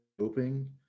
hoping